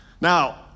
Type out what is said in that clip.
Now